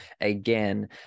Again